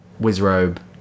Wizrobe